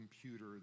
computer